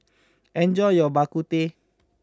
enjoy your Bak Kut Teh